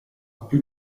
più